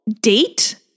date